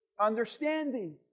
Understanding